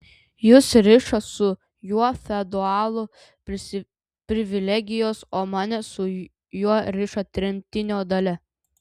jus riša su juo feodalų privilegijos o mane su juo riša tremtinio dalia